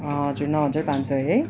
हजुर नौ हजार पाँच सय है